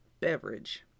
beverage